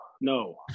No